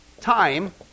time